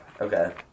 okay